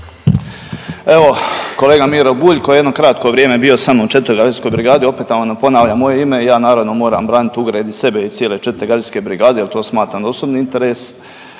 Evo kolega Miro Bulj koji je jedno kratko vrijeme bio sa mnom u 4. gardijskoj brigadi, opetovano ponavlja moje ime i ja naravno moram branit ugled i sebe i cijele 4. gardijske brigade jer to smatram osobni interes.